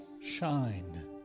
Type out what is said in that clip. shine